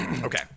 Okay